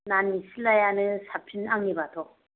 ना निसिलायानो साबसिन आंनिबाथ'